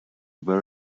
were